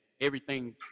everything's